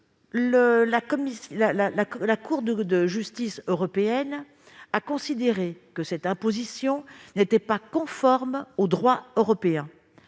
La Cour de justice de l'Union européenne a considéré que cette imposition n'était pas conforme au droit européen.